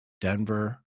Denver